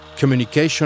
Communication